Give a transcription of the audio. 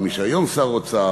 או מי שהיום שר האוצר,